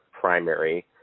primary